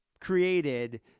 created